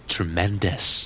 Tremendous